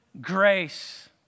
Grace